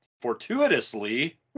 fortuitously